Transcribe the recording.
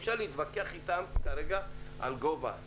אפשר להתווכח על גובה התמחור,